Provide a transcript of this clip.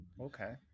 Okay